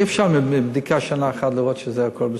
אי-אפשר מבדיקה של שנה אחת לראות שהכול בסדר,